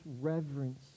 reverence